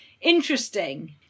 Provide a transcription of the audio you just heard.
interesting